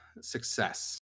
success